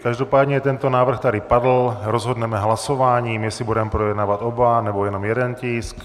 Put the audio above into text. Každopádně tento návrh tady padl, rozhodneme hlasováním, jestli budeme projednávat oba, nebo jenom jeden tisk.